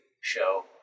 show